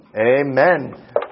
Amen